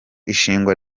ishingwa